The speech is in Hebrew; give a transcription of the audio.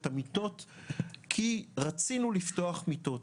כי רצינו לפתוח מיטות.